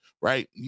right